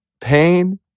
pain